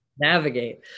navigate